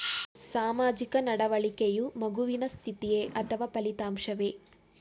ಸಾಮಾಜಿಕ ನಡವಳಿಕೆಯು ಮಗುವಿನ ಸ್ಥಿತಿಯೇ ಅಥವಾ ಫಲಿತಾಂಶವೇ?